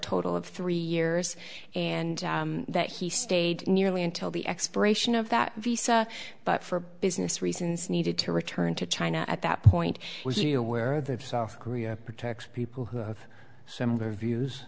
total of three years and that he stayed nearly until the expiration of that visa but for business reasons needed to return to china at that point was he aware that of south korea protects people who have similar views